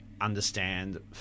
understand